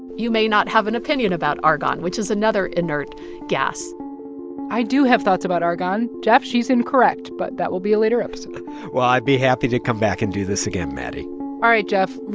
you may not have an opinion about argon, which is another inert gas i do have thoughts about argon, geoff. she's incorrect. but that will be a later episode well, i'd be happy to come back and do this again, maddie all right, geoff.